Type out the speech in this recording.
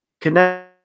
connect